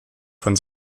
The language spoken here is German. von